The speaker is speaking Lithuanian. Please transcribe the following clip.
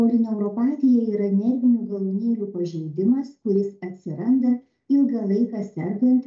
polineuropatija yra nervinių galūnėlių pažeidimas kuris atsiranda ilgą laiką sergant